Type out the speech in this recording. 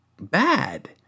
bad